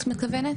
את מתכוונת?